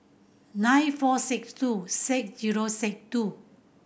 nine four six two six zero six two